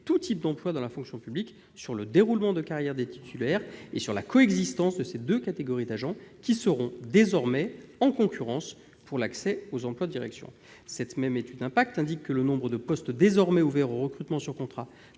tous types d'emplois dans la fonction publique sur le déroulement de carrière des titulaires et sur la coexistence de ces deux catégories d'agents, qui seront désormais en concurrence pour l'accès aux emplois de direction ». Cette même étude d'impact donne des indications sur le nombre de postes désormais ouverts aux recrutements sur contrat